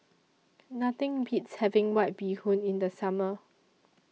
Nothing Beats having White Bee Hoon in The Summer